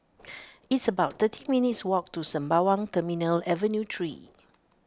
it's about thirty minutes' walk to Sembawang Terminal Avenue three